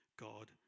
God